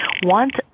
want